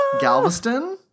Galveston